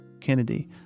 Kennedy